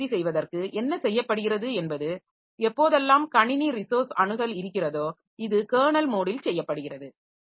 அதை உறுதி செய்வதற்கு என்ன செய்யப்படுகிறது என்பது எப்போதெல்லாம் கணினி ரிசோர்ஸ் அணுகல் இருக்கிறதோ இது கெர்னல் மோடில் செய்யப்படுகிறது